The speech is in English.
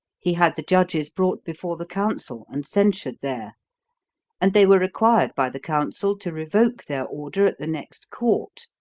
he had the judges brought before the council, and censured there and they were required by the council to revoke their order at the next court.